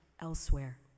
elsewhere